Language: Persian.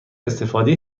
استفاده